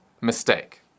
mistake